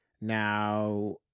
Now